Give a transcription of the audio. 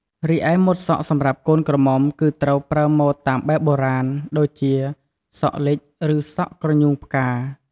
រីឯម៉ូតសក់សម្រាប់កូនក្រមុំគឺត្រូវប្រើម៉ូតតាមបែបបុរាណ ដូចជា សក់លិចឬសក់ក្រញូងផ្កា។